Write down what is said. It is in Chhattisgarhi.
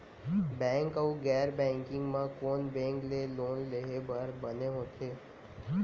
बैंक अऊ गैर बैंकिंग म कोन बैंक ले लोन लेहे बर बने होथे?